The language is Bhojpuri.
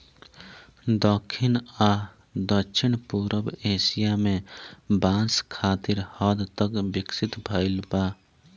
दखिन आ दक्षिण पूरब एशिया में बांस काफी हद तक विकसित भईल बा